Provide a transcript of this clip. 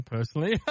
Personally